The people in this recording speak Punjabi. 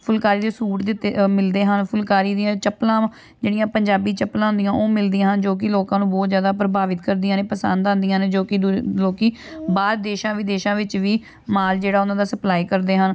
ਫੁਲਕਾਰੀ ਦੇ ਸੂਟ ਦਿੱਤੇ ਮਿਲਦੇ ਹਨ ਫੁਲਕਾਰੀ ਦੀਆਂ ਚੱਪਲਾਂ ਵਾ ਜਿਹੜੀਆਂ ਪੰਜਾਬੀ ਚੱਪਲਾਂ ਹੁੰਦੀਆਂ ਉਹ ਮਿਲਦੀਆਂ ਜੋ ਕਿ ਲੋਕਾਂ ਨੂੰ ਬਹੁਤ ਜ਼ਿਆਦਾ ਪ੍ਰਭਾਵਿਤ ਕਰਦੀਆਂ ਨੇ ਪਸੰਦ ਆਉਂਦੀਆਂ ਨੇ ਜੋ ਕਿ ਦੂ ਲੋਕ ਬਾਹਰ ਦੇਸ਼ਾਂ ਵਿਦੇਸ਼ਾਂ ਵਿੱਚ ਵੀ ਮਾਲ ਜਿਹੜਾ ਉਹਨਾਂ ਦਾ ਸਪਲਾਈ ਕਰਦੇ ਹਨ